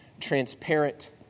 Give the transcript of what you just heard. Transparent